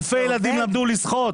אלפי ילדים למדו לשחות